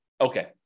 Okay